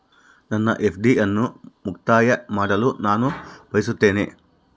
ನನ್ನ ಎಫ್.ಡಿ ಅನ್ನು ಮುಕ್ತಾಯ ಮಾಡಲು ನಾನು ಬಯಸುತ್ತೇನೆ